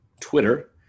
Twitter